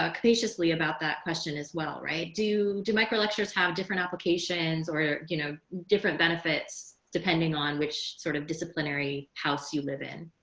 ah capriciously about that question as well. right. do do micro lectures have different applications or, you know, different benefits, depending on which sort of disciplinary house you live in?